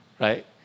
Right